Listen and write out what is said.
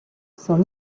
son